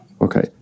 Okay